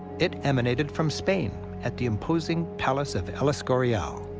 it emanated from spain at the imposing palace of el escorial.